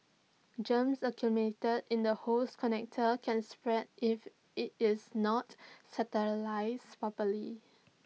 germs accumulated in the hose connector can spread if IT is not sterilised properly